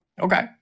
Okay